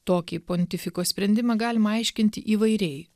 tokį pontifiko sprendimą galima aiškinti įvairiai